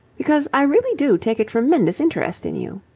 because i really do take a tremendous interest in you.